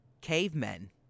cavemen